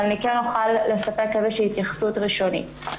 אני כן אוכל לספק איזושהי התייחסות ראשונית.